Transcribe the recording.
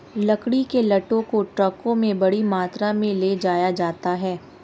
लकड़ी के लट्ठों को ट्रकों में बड़ी मात्रा में ले जाया जाता है